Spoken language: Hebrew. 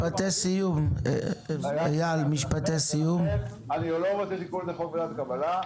לכן אני לא רוצה שיקראו לחוק הזה חוק ועדות קבלה,